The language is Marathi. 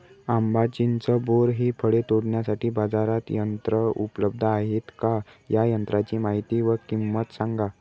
आंबा, चिंच, बोर हि फळे तोडण्यासाठी बाजारात यंत्र उपलब्ध आहेत का? या यंत्रांची माहिती व किंमत सांगा?